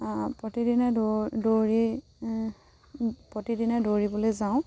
প্ৰতিদিনে দৌৰি প্ৰতিদিনে দৌৰিবলৈ যাওঁ